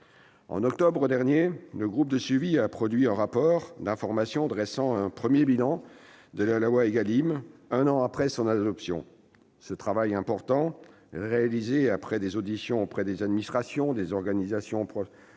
En octobre dernier, le groupe de suivi a produit un rapport d'information dressant un premier bilan de la loi Égalim, un an après l'adoption de cette dernière. Ce travail important, réalisé après des auditions effectuées auprès des administrations, des organismes professionnels,